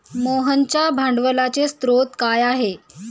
मोहनच्या भांडवलाचे स्रोत काय आहे?